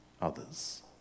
others